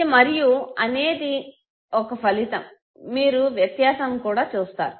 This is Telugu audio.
ఇది మరియు ఇది అనేది ఒక ఫలితం మీరు వ్యత్యాసం కూడా చూస్తారు